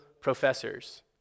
professors